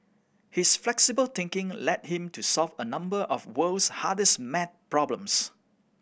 his flexible thinking led him to solve a number of world's hardest math problems